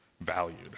valued